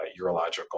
urological